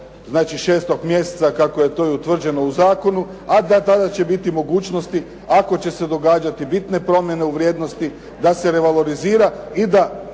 do 6. mjeseca kako je to utvrđeno u zakonu, a tada će biti mogućnosti ako će se događati bitne promjene u vrijednosti da se revalorizira i da